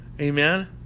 amen